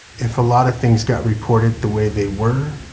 if a lot of things got reported the way they were,